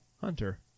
Hunter